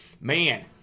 man